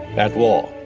that yeah